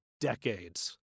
decades